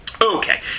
Okay